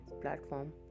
platform